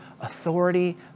authority